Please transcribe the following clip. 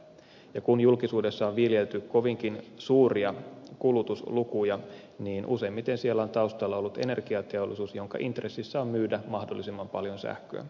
ja kun julkisuudessa on viljelty kovinkin suuria kulutuslukuja niin useimmiten siellä on taustalla ollut energiateollisuus jonka intressissä on myydä mahdollisimman paljon sähköä